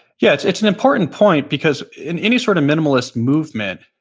yeah, it's it's an important point because, in any sort of minimalism movement,